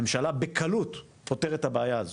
ממשלה בקלות פותרת את הבעיה הזו.